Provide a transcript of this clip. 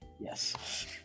Yes